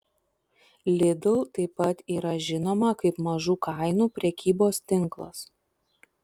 lidl taip pat yra žinoma kaip mažų kainų prekybos tinklas